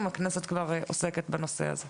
הכנסת כבר עוסקת בנושא הזה.